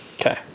Okay